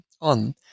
on